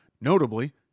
Notably